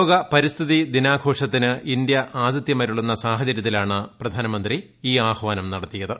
ലോക പരിസ്ഥിതി ദിനാഘോഷത്തിന് ഇന്ത്യ ആഥിത്യമരുളുന്ന സാഹചര്യത്തിലാണ് പ്രധാനമന്ത്രി ഈ ആഹ്വാനം നടത്തിയത്